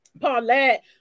Paulette